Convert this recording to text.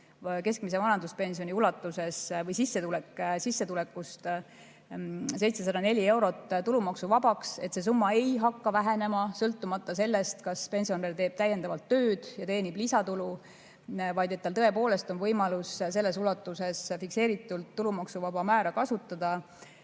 keskmise vanaduspensioni ulatuses või sissetulekust 704 euro ulatuses tulumaksuvabaks. See summa ei hakka vähenema sõltumata sellest, kas pensionär teeb täiendavalt tööd ja teenib lisatulu. Tõepoolest on võimalus selles ulatuses fikseeritult tulumaksuvaba määra kasutada.